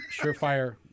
surefire